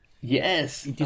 Yes